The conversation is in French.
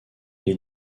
les